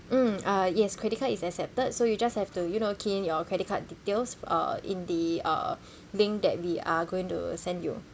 mm uh yes credit card is accepted so you just have to you know key in your credit card details uh in the uh link that we are going to send you